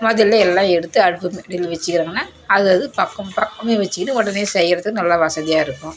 முதல்ல எல்லாம் எடுத்து அடுப்புக்கு அடியில் வெச்சுக்கிறோங்கனா அது அது பக்கம் பக்கமே வெச்சுக்கிட்டு உடனே செய்கிறதுக்கு நல்லா வசதியாக இருக்கும்